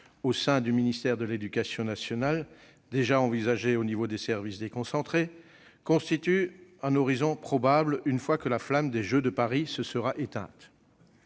au sein du ministère de l'éducation nationale- déjà envisagée au niveau des services déconcentrés -constitue un horizon probable, une fois que la flamme des Jeux de Paris se sera éteinte.